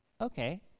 okay